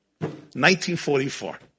1944